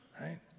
Right